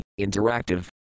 interactive